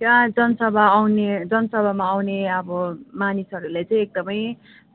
त्यहाँ जनसभा आउने जनसभामा आउने अब मानिसहरूले चाहिँ एकदमै